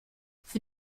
für